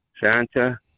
Santa